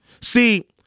See